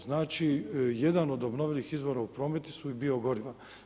Znači, jedan od obnovljivih izvora u prometu su i bio goriva.